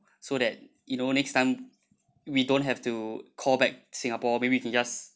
so that you know next time we don't have to call back singapore maybe can just